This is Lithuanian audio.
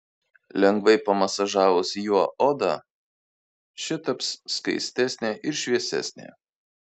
lengvai pamasažavus juo odą ši taps skaistesnė ir šviesesnė